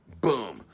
Boom